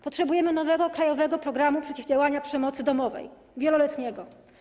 Potrzebujemy nowego krajowego programu przeciwdziałania przemocy domowej - wieloletniego.